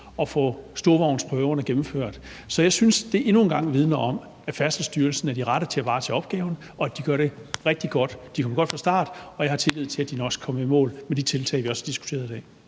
at få storvognsprøverne gennemført. Jeg synes, at det endnu engang vidner om, at Færdselsstyrelsen er de rette til at varetage opgaven, og at de gør det rigtig godt. De kom godt fra start, og jeg har tillid til, at de nok skal komme i mål med de tiltag, vi også har diskuteret i dag.